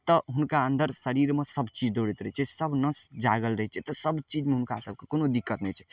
तऽ हुनका अन्दर शरीरमे सब चीज दौड़ैत रहय छै सब नश जागल रहय छै तऽ सब चीजमे हुनका सबके कोनो दिक्कत नहि होइ छै